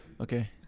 Okay